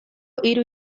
hiru